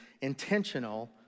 intentional